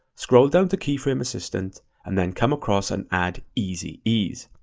scroll down to keyframe assistant, and then come across and add easy ease.